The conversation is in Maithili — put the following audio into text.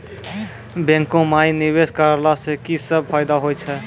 बैंको माई निवेश कराला से की सब फ़ायदा हो छै?